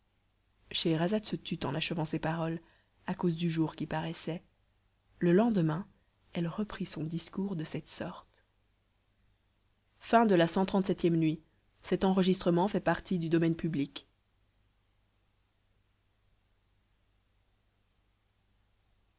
scheherazade se tut en achevant ces paroles à cause du jour qui paraissait le lendemain elle reprit son discours de cette sorte cxxxviii nuit